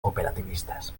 cooperativistas